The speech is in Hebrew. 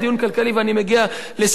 ואני מגיע לסיכום דברי,